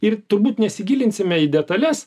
ir turbūt nesigilinsime į detales